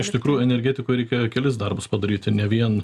iš tikrų energetikoj reikėjo kelis darbus padaryti ne vien